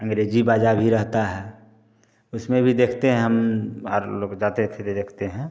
अंग्रेजी बाजा भी रहता है उसमें भी देखते हैं हम आर लोग जाते थे तो देखते हैं